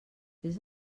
fes